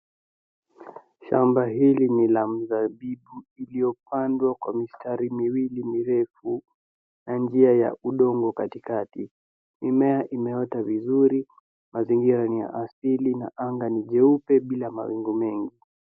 Shamba hili ni la mzabibu iliyopandwa kwa mistari miwili mirefu na njia ya udongo katikati. Mimea imeota vizuri, mazingira ni ya asili na anga ni jeupe bila mawingu mengi.